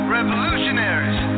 revolutionaries